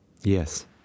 Yes